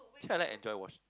actually I like enjoy washing